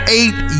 eight